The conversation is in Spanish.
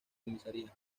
comisaría